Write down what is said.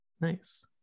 Nice